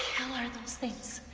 hell are those things?